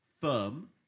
firm